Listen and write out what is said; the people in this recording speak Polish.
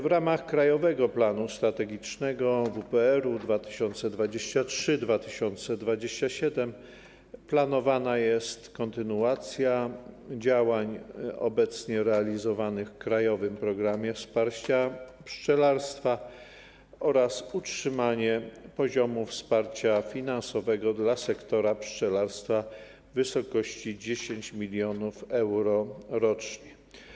W ramach krajowego „Planu strategicznego dla WPR na lata 2023-2027” planowana jest kontynuacja obecnie realizowanych działań w krajowym programie wsparcia pszczelarstwa oraz utrzymanie poziomu wsparcia finansowego dla sektora pszczelarstwa w wysokości 10 mln euro rocznie.